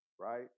right